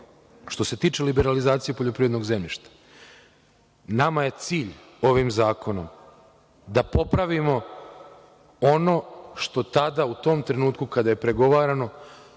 što se tiče liberalizacije poljoprivrednog zemljišta. Nama je cilj ovim zakonom, da popravimo ono što tada u tom trenutku kada je pregovarano,